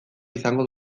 izango